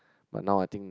but now I think